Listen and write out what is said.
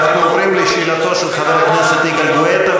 אנחנו עוברים לשאלתו של חבר הכנסת יגאל גואטה.